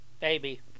Baby